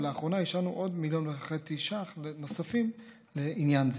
ולאחרונה אישרנו עוד 1.5 מיליון ש"ח נוספים לעניין זה.